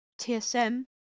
TSM